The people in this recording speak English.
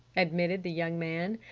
admitted the young man.